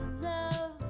love